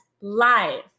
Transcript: live